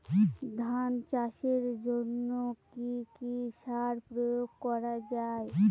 ধান চাষের জন্য কি কি সার প্রয়োগ করা য়ায়?